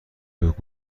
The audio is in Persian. جفت